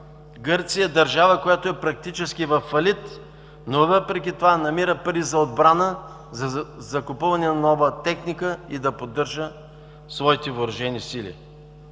Гърция е държава, която практически е във фалит, но въпреки това намира пари за отбрана, за купуване на нова техника и за поддържане на своите въоръжени сили.